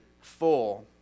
full